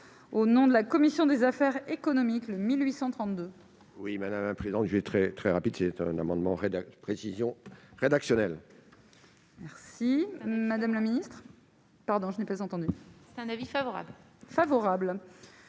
au nom de la commission des affaires économiques le 1832. Oui mais a impression que j'ai très très rapide, qui est un amendement Rédac précision rédactionnelle. Merci madame la ministre. Pardon, je n'ai pas entendu, c'est un avis favorable, favorable.